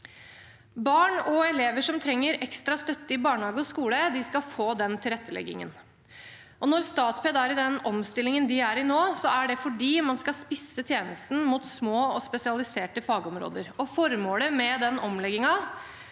Barn og elever som trenger ekstra støtte i barnehage og skole, skal få den tilretteleggingen. Når Statped er i den omstillingen de er i nå, er det fordi man skal spisse tjenesten mot små og spesialiserte fagområder. Formålet med omleggingen